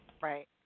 Right